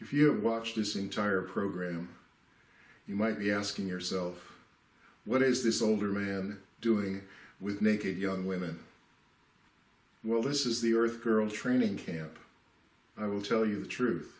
you watch this entire program you might be asking yourself what is this older man doing with young women well this is the earth girls training camp i will tell you the truth